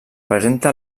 presenta